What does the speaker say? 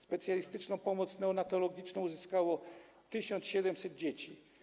Specjalistyczną pomoc neonatologiczną uzyskało 1700 dzieci.